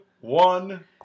one